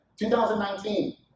2019